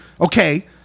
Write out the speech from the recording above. Okay